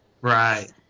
Right